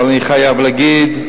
אבל אני חייב להגיד,